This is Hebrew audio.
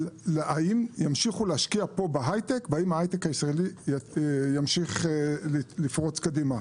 אם ימשיכו להשקיע פה בהייטק ואם ההייטק הישראלי ימשיך לפרוץ קדימה.